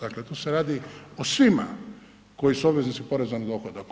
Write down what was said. Dakle tu se radi o svima koji su obveznici poreza na dohodak.